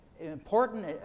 important